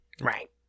Right